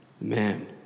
Man